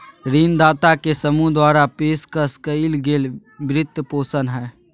ऋणदाता के समूह द्वारा पेशकश कइल गेल वित्तपोषण हइ